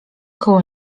koło